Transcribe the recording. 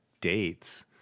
dates